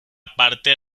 parte